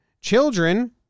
Children